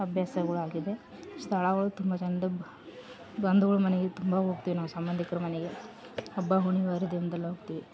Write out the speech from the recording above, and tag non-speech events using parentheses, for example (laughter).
ಅಭ್ಯಾಸಗಳ್ ಆಗಿದೆ ಸ್ಥಳಗಳು ತುಂಬ (unintelligible) ಬಂಧುಗಳು ಮನೆಗೆ ತುಂಬ ಹೋಗ್ತಿವಿ ನಾವು ಸಂಬಂಧಿಕ್ರ್ ಮನೆಗೆ ಹಬ್ಬ ಹುಣ್ವೆ ಹರಿದಿನದಲ್ ಹೋಗ್ತಿವಿ